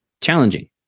challenging